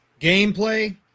Gameplay